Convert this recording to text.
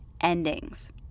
endings